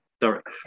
direct